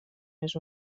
més